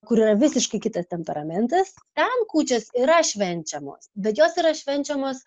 kur yra visiškai kitas temperamentas ten kūčios yra švenčiamos bet jos yra švenčiamos